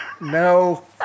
No